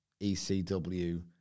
ECW